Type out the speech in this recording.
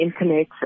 Internet